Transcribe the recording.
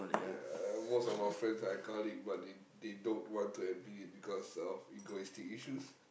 yeah most of my friends are alcoholic but they they don't want to admit it because of egoistic issues